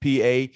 PA